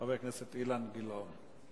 חבר הכנסת אילן גילאון.